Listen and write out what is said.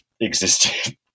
existed